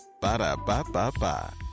Ba-da-ba-ba-ba